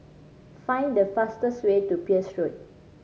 find the fastest way to Peirce Road